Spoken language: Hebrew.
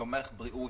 תומך בריאות,